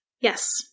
Yes